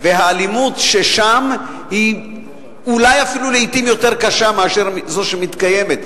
והאלימות שקיימת שם היא לעתים אולי אפילו יותר קשה מאשר זו שמתקיימת.